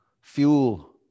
fuel